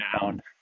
down